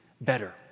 better